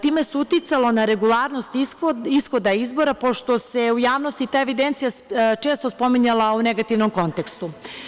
Time se uticalo na regularnost ishoda izbora, pošto se u javnosti ta evidencija često spominjala u negativnom kontekstu.